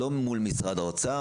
לא מול משרד האוצר,